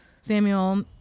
Samuel